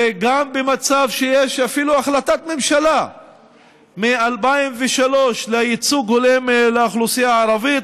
וגם במצב שיש אפילו החלטת ממשלה מ-2003 לייצוג הולם לאוכלוסייה הערבית,